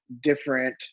different –